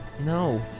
No